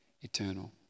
eternal